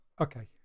Okay